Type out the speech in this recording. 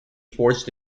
forged